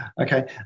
Okay